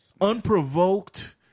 Unprovoked